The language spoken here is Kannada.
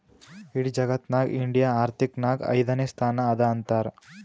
ಇಡಿ ಜಗತ್ನಾಗೆ ಇಂಡಿಯಾ ಆರ್ಥಿಕ್ ನಾಗ್ ಐಯ್ದನೇ ಸ್ಥಾನ ಅದಾ ಅಂತಾರ್